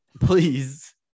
Please